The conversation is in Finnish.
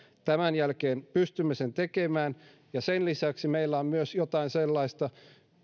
tämän jälkeen pystymme sen tekemään ja sen lisäksi meillä on myös jotain sellaista